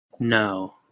No